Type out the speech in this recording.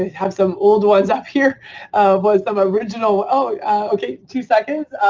have some old ones up here was some ah original, oh okay, two seconds.